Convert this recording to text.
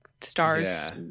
stars